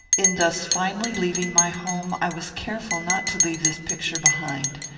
in thus finally leaving my home, i was careful not to leave this picture behind.